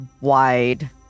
wide